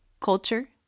culture